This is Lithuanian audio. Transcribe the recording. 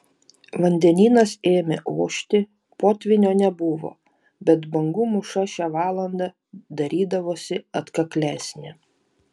vandenynas ėmė ošti potvynio nebuvo bet bangų mūša šią valandą darydavosi atkaklesnė